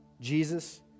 Jesus